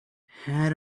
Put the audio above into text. had